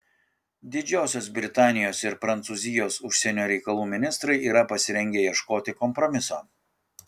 didžiosios britanijos ir prancūzijos užsienio reikalų ministrai yra pasirengę ieškoti kompromiso